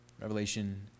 Revelation